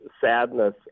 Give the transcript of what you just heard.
sadness